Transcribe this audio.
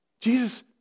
Jesus